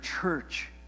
church